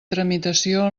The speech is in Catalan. tramitació